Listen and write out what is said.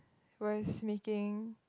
was making